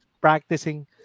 practicing